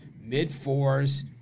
mid-fours